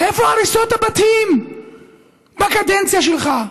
איפה הריסות הבתים בקדנציה שלך?